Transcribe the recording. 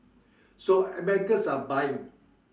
so Americans are buying